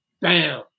bam